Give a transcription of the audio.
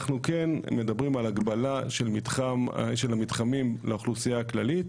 אנחנו כן מדברים על הגבלה של המתחמים לאוכלוסייה הכללית,